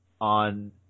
on